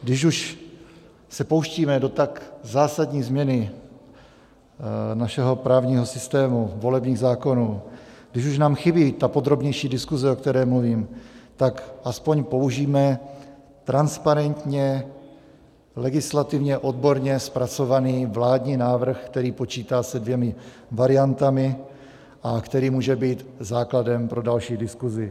Když už se pouštíme do tak zásadní změny našeho právního systému, volebních zákonů, když už nám chybí podrobnější diskuze, o které mluvím, tak aspoň použijme transparentně, legislativně, odborně zpracovaný vládní návrh, který počítá se dvěma variantami a který může být základem pro další diskuzi.